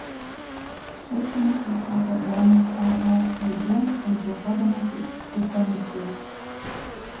šias temas nustato bonus eeig konsultuodamasis su komisija